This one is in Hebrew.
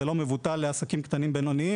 זהו סכום לא מבוטל עבור עסקים קטנים ובינוניים.